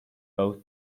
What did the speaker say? both